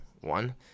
one